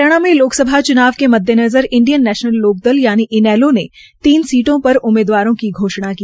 हरियाणा में लोकसभा च्नाव के मद्देनज़र इंडियन नैश्नल लोकदल यानि इनैलो ने तीन सीटों पर उम्मीदवारों की घोषणा की